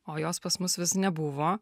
o jos pas mus vis nebuvo